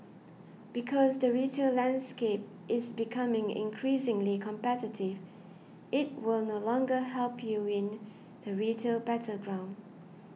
because the retail landscape is becoming increasingly competitive it will no longer help you win the retail battleground